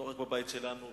לא רק בבית שלנו.